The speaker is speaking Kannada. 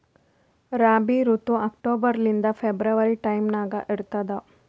ರಾಬಿ ಋತು ಅಕ್ಟೋಬರ್ ಲಿಂದ ಫೆಬ್ರವರಿ ಟೈಮ್ ನಾಗ ಇರ್ತದ